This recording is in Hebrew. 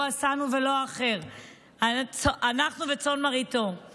הוא עשנו, ולו אנחנו עמו וצאן מרעיתו".